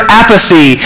apathy